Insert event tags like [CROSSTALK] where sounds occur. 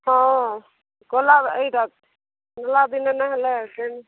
ହଁ କଲା ଏଇଟା [UNINTELLIGIBLE] ନା ନାଇଁ ହେଲେ [UNINTELLIGIBLE]